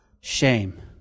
shame